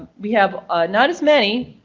we have not as many.